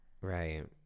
Right